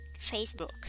Facebook